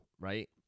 Right